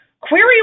query